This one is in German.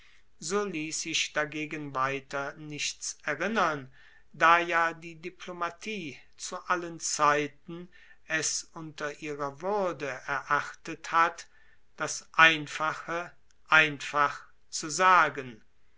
so liess sich dagegen weiter nichts erinnern da ja die diplomatie zu allen zeiten es unter ihrer wuerde erachtet hat das einfache einfach zu sagen